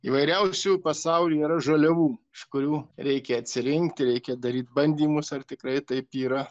įvairiausių pasauly yra žaliavų iš kurių reikia atsirinkti reikia daryt bandymus ar tikrai taip yra